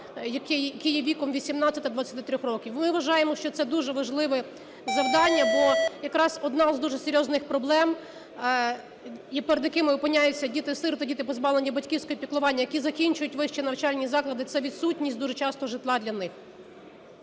які є віком 18-23 років. Ми вважаємо, що це дуже важливе завдання, бо якраз одна з дуже серйозних проблем, перед якими опиняються діти-сироти, діти позбавлені батьківського піклування, які закінчують вищі навчальні заклади, – це відсутність дуже часто житла для них.